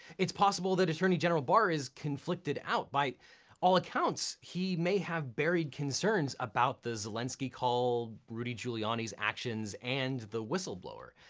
it's possible that attorney general barr is conflicted out. by all accounts he may have buried concerns about the zelensky call, rudy giuliani's actions, and the whistleblower.